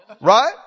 right